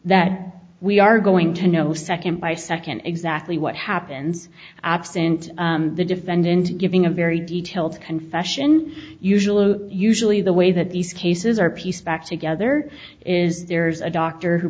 that we are going to know second by second exactly what happens absent the defendant giving a very detailed confession usually usually the way that these cases are piece back together is the there's a doctor who